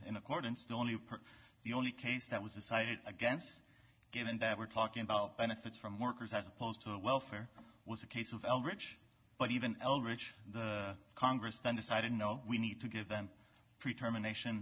in accordance to only the only case that was decided against given that we're talking about benefits from workers as opposed to the welfare was a case of eldritch but even eldritch congress then decided no we need to give them three termination